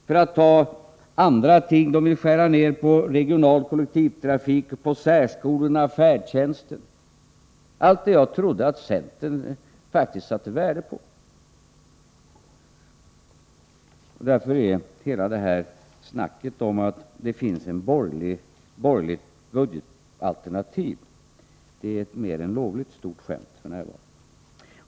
För att ta andra ting vill moderaterna skära ned på regional trafikpolitik, på särskolan och på färdtjänsten — allt sådant som jag trodde att centern faktiskt satte värde på. Därför är hela snacket om att det finns ett borgerligt budgetalternativ ett mer än lovligt stort skämt.